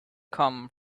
come